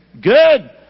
Good